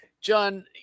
John